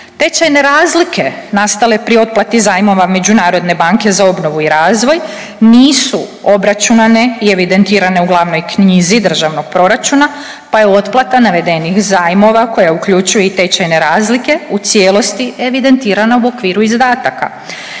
Tečajne razlike nastale pri otplati zajmova Međunarodne banke za obnovu i razvoj nisu obračunane i evidentirane u glavnoj knjizi državnog proračuna, pa je otplata navedenih zajmova koja uključuje i tečajne razlike, u cijelosti evidentirana u okviru izdataka.